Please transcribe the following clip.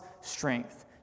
strength